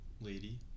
lady